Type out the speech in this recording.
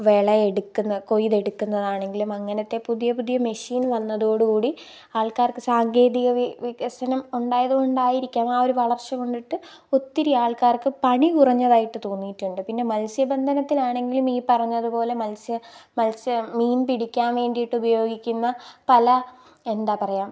വിളവെടുക്കുന്ന കൊയ്തെടുക്കുന്നതാണെങ്കിലും അങ്ങനത്തെ പുതിയ പുതിയ മെഷീന് വന്നതോടു കൂടി ആൾക്കാർക്ക് സാങ്കേതിക വികസനം ഉണ്ടായതുകൊണ്ടായിരിക്കാം ആ ഒരു വളര്ച്ച കൊണ്ടിട്ട് ഒത്തിരി ആള്ക്കാര്ക്ക് പണി കുറഞ്ഞതായിട്ട് തോന്നിയിട്ടുണ്ട് പിന്നെ മത്സ്യബന്ധനത്തിനാണെങ്കിലും ഈ പറഞ്ഞത് പോലെ മത്സ്യ മത്സ്യം മീന് പിടിക്കാന് വേണ്ടിയിട്ടുപയോഗിക്കുന്ന പല എന്താണ് പറയുക